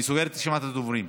אני סוגר את רשימת הדוברים.